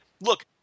look –